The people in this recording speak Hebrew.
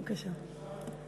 בבקשה.